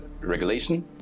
regulation